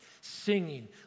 singing